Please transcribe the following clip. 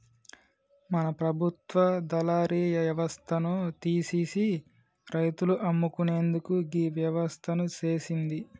మన ప్రభుత్వ దళారి యవస్థను తీసిసి రైతులు అమ్ముకునేందుకు గీ వ్యవస్థను సేసింది